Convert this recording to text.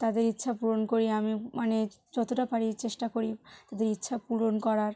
তাদের ইচ্ছা পূরণ করি আমি মানে যতটা পারি চেষ্টা করি তাদের ইচ্ছা পূরণ করার